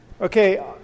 Okay